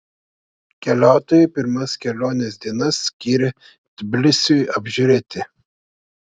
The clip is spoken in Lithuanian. keliautojai pirmas kelionės dienas skyrė tbilisiui apžiūrėti